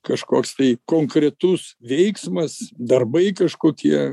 kažkoks tai konkretus veiksmas darbai kažkokie